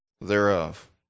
thereof